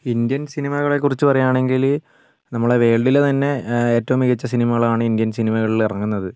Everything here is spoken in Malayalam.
ഇന്ത്യൻ സിനിമകളെക്കുറിച്ച് പറയുകയാണെങ്കിൽ നമ്മളെ വേൾഡിലെ തന്നെ ഏറ്റവും മികച്ച സിനിമകളാണ് ഇന്ത്യൻ സിനിമകളിൽ ഇറങ്ങുന്നത്